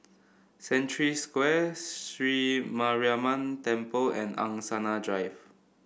Century Square Sri Mariamman Temple and Angsana Drive